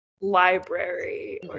library